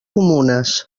comunes